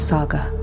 Saga